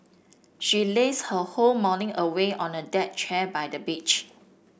she lazed her whole morning away on a deck chair by the beach